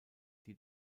die